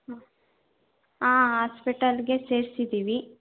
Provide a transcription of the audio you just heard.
ಹಾಂ ಆಸ್ಪಿಟಲಿಗೆ ಸೇರ್ಸಿದ್ದೀವಿ